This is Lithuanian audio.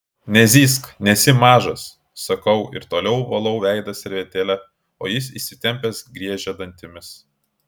nezyzk nesi mažas sakau ir toliau valau veidą servetėle o jis įsitempęs griežia dantimis